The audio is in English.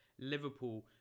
Liverpool